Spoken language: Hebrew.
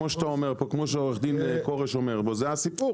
כמו שאתה אומר פה כמו שעו"ד כורש אומר פה זה הסיפור.